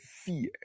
fear